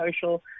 social